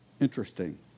interesting